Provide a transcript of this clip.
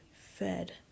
fed